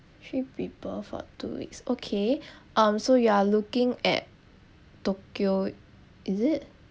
three people for two weeks okay um so you are looking at tokyo is it